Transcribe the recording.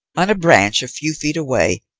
on a branch a few feet away,